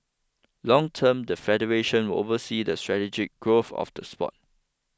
long term the federation will oversee the strategic growth of the sport